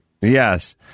Yes